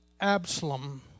Absalom